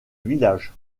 village